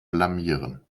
blamieren